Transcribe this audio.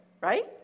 right